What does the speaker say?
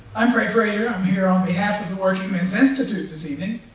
i'm fred frayser, i'm here on behalf of the working men's institute this evening.